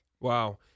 Wow